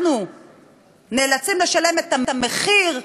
אנחנו נאלצים לשלם את המחיר,